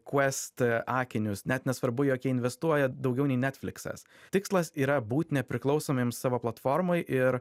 kuest akinius net nesvarbu jog jie investuoja daugiau nei netfliksas tikslas yra būt nepriklausomiems savo platformoj ir